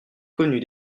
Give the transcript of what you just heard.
connue